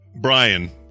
Brian